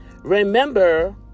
Remember